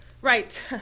right